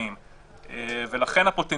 התש"ף 2020. משרד המשפטים,